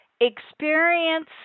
experience